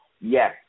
Yes